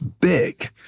big